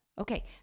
Okay